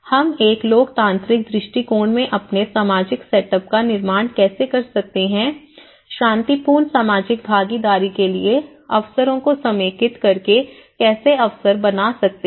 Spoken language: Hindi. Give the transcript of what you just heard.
हम एक लोकतांत्रिक दृष्टिकोण में अपने सामाजिक सेट अप का निर्माण कैसे कर सकते हैं शांतिपूर्ण सामाजिक भागीदारी के लिए अवसरों को समेकित कर के कैसे अवसर बना सकते हैं